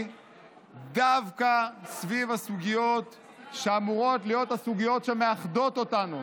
דווקא סביב הסוגיות שאמורות להיות הסוגיות שמאחדות אותנו,